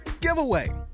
giveaway